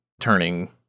turning